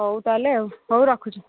ହଉ ତାହେଲେ ଆଉ ହଉ ରଖୁଛି